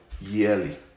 yearly